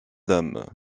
dames